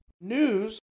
News